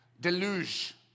Deluge